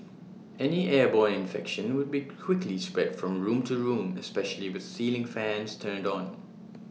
any airborne infection would be quickly spread from room to room especially with ceiling fans turn on